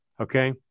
Okay